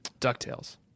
DuckTales